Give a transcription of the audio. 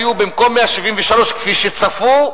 במקום 173 כפי שצפו,